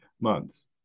months